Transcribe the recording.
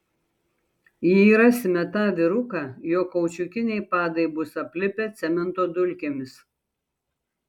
jei rasime tą vyruką jo kaučiukiniai padai bus aplipę cemento dulkėmis